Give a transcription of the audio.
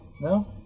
No